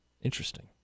Interesting